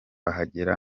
ahagera